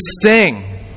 sting